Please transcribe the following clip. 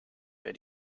wer